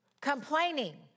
Complaining